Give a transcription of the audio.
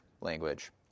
language